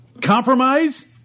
compromise